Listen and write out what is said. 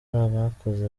abakozi